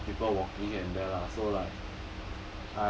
a lot of people walking here and there lah so like